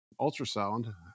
ultrasound